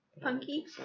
Punky